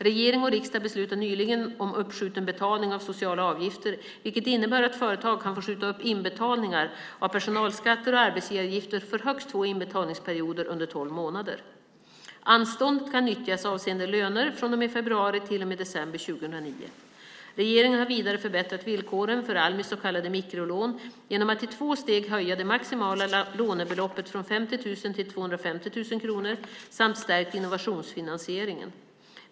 Regering och riksdag beslutade nyligen om uppskjuten betalning av sociala avgifter vilket innebär att företag kan få skjuta upp inbetalningar av personalskatter och arbetsgivaravgifter för högst två inbetalningsperioder under tolv månader. Anståndet kan nyttjas avseende löner från och med februari till och med december 2009. Regeringen har vidare förbättrat villkoren för Almis så kallade mikrolån genom att i två steg höja det maximala lånebeloppet från 50 000 till 250 000 kronor samt stärkt innovationsfinansieringen.